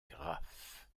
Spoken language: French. graphes